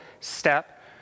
step